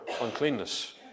uncleanness